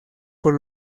por